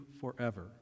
forever